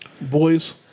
boys